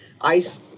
ice